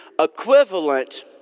Equivalent